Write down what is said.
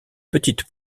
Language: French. petites